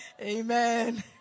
Amen